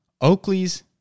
Oakley's